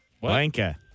Blanca